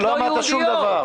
לא אמרת שום דבר.